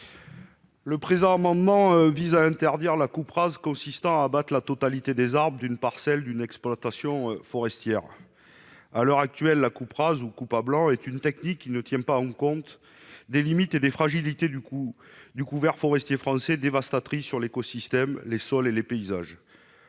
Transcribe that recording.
1101. Cet amendement vise à interdire la coupe rase, qui consiste à abattre la totalité des arbres d'une parcelle d'une exploitation forestière. Aujourd'hui, la coupe rase, ou coupe à blanc, est une technique qui ne tient pas compte des limites et des fragilités du couvert forestier français et qui a des effets dévastateurs sur l'écosystème, les sols et les paysages.